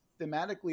thematically